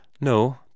No